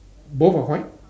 both are white